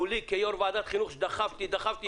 מולי כיו"ר ועדת חינוך שדחפתי ודחפתי,